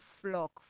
flock